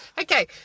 Okay